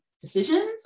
decisions